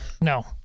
No